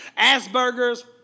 Asperger's